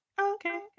Okay